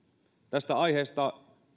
tästä aiheesta